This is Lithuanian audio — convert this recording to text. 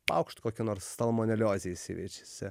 paukšt kokia nors salmoneliozė įsiveišiasi